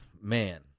man